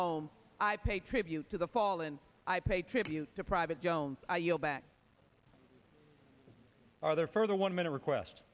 home i pay tribute to the fall and i pay tribute to private jones i yield back our there further one minute request